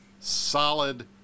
solid